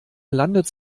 landet